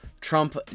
Trump